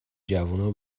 جوونا